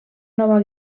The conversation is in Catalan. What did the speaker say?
nova